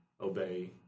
obey